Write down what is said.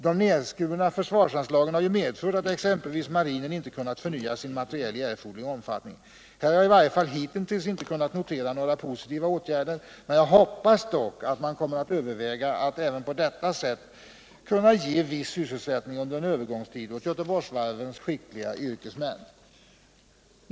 De nedskurna försvarsanslagen har ju medfört att exempelvis marinen inte kunnat förnya sin materiel i erforderlig omfattning. Här har jag i varje fall hitintills inte kunnat notera några positiva åtgärder, men jag hoppas att man kommer att överväga möjligheten att även på detta sätt ge viss sysselsättning under en övergångstid åt Göteborgsvarvens skickliga yrkesmän.